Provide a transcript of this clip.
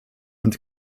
und